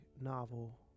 novel